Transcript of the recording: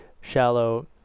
shallow